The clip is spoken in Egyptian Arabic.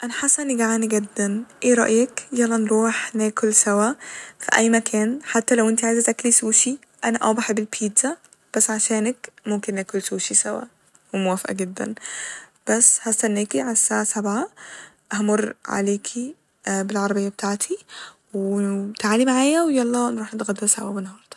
أنا حاسه إني جعانة جدا ايه رأيك يلا نروح ناكل سوا في اي مكان حتى لو انتي عايزه تاكلي سوشي ، انا اه بحب البيتزا بس عشانك ممكن اكل سوشي سوا وموافقة جدا ، بس هستناكي عالساعة سبعة همر عليكي بالعربية بتاعتي و- و تعالي معايا و نروح نتغدا سوا النهاردة